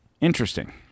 interesting